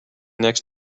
next